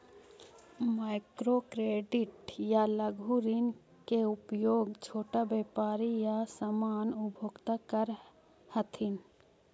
micro credit या लघु ऋण के उपयोग छोटा व्यापारी या सामान्य उपभोक्ता करऽ हथिन